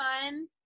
fun